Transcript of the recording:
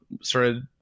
Started